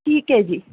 ਠੀਕ ਹੈ ਜੀ